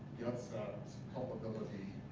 gets at culpability,